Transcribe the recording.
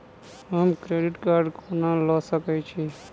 हम credit card कोना लऽ सकै छी?